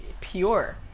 pure